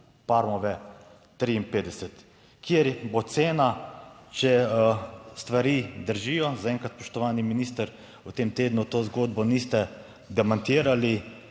Parmove 53, kjer bo cena, če stvari držijo, zaenkrat, spoštovani minister, v tem tednu to zgodbo niste demantirali,